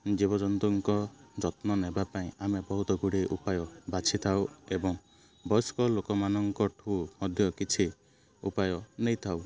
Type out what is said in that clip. ଜୀବଜନ୍ତୁଙ୍କ ଯତ୍ନ ନେବା ପାଇଁ ଆମେ ବହୁତ ଗୁଡ଼ିଏ ଉପାୟ ବାଛିଥାଉ ଏବଂ ବୟସ୍କ ଲୋକମାନଙ୍କଠୁ ମଧ୍ୟ କିଛି ଉପାୟ ନେଇଥାଉ